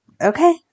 Okay